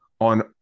on